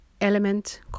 element